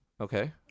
Okay